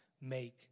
make